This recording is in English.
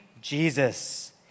Jesus